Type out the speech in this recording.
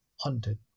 hunted